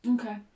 Okay